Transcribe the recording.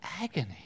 Agony